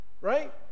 Right